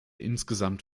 insgesamt